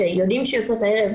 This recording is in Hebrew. שיודעים שהיא יוצאת הערב,